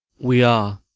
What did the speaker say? we are.